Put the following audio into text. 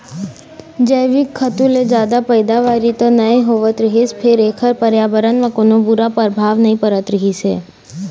जइविक खातू ले जादा पइदावारी तो नइ होवत रहिस फेर एखर परयाबरन म कोनो बूरा परभाव नइ पड़त रहिस हे